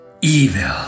evil